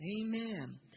Amen